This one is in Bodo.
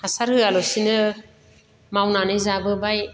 हासार होआलासिनो मावनानै जाबोबाय